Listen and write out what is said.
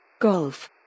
Golf